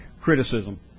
criticism